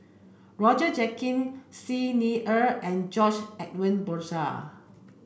Roger Jenkins Xi Ni Er and George Edwin Bogaar